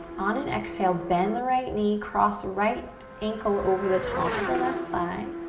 on an exhale, bend the right knee. cross right ankle over the top of the left thigh.